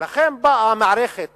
ולכן באה מערכת